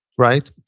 right?